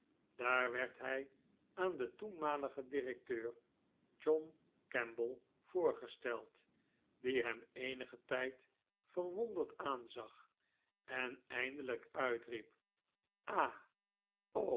daar werd hij aan den toenmaligen directeur john kemble voorgesteld die hem eenigen tijd verwonderd aanzag en eindelh'k uitriep a